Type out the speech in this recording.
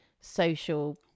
social